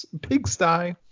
pigsty